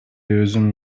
өзүм